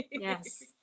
yes